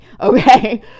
Okay